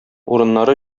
урыннары